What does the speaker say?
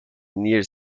near